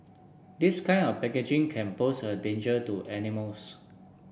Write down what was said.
this kind of packaging can pose a danger to animals